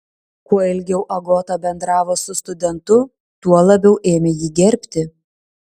kuo ilgiau agota bendravo su studentu tuo labiau ėmė jį gerbti